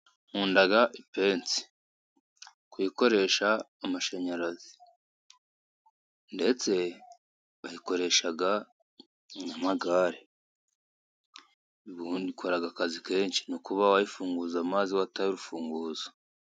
Nkunda ipense kuyikoresha amashanyarazi ndetse bayikoresha n'amagare. Ubundi ikora akazi kenshi nko kuba wayifunguza amazi wataye urufunguzo.